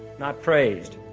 not praised.